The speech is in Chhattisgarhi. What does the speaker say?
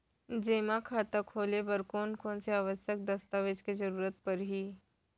जेमा खाता खोले बर कोन कोन से आवश्यक दस्तावेज के जरूरत परही?